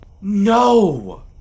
No